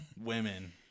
Women